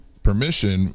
permission